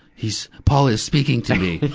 he's, paul is speaking to me!